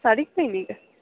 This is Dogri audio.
साढ़ी क्लिनिक